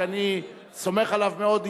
שאני סומך עליו מאוד,